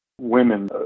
women